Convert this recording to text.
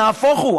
נהפוך הוא,